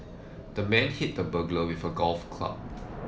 the man hit the burglar with a golf club